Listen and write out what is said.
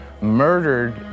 murdered